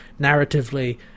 narratively